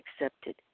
accepted